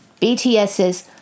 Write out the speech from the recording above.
BTS's